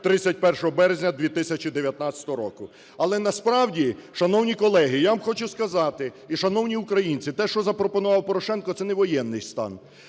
31 березня 2019 року. Але насправді, шановні колеги, я вам хочу сказати, і шановні українці, те, що запропонував Порошенко, це не воєнний стан